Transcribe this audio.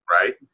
right